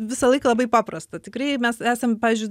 visą laiką labai paprasta tikrai mes esam pavyzdžiui